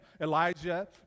Elijah